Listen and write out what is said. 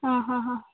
ആ ഹാ ഹാ